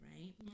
right